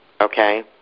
okay